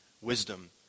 wisdom